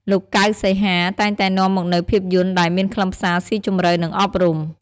លោក កៅ សីហា តែងតែនាំមកនូវភាពយន្តដែលមានខ្លឹមសារស៊ីជម្រៅ និងអប់រំ។